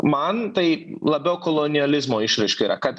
man tai labiau kolonializmo išraiška yra kad